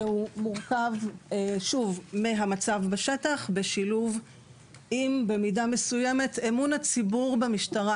שהוא מורכב לפי המצב בשטח ובמידה מסוימת גם מאמון הציבור במשטרה.